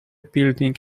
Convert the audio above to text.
building